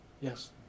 Yes